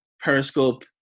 Periscope